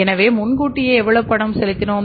எனவே முன்கூட்டியே எவ்வளவு பணம் செலுத்தினோம்